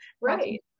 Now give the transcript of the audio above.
Right